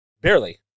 Barely